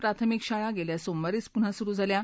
प्राथमिक शाळा गेल्या सोमवारीच पुन्हा सुरु झाल्या आहेत